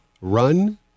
Run